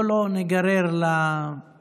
בוא לא ניגרר לשיטה הזאת.